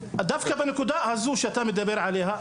בנקודה הזו שאתה מדבר עליה,